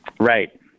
Right